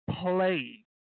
play